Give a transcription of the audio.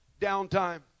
downtime